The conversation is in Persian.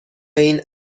این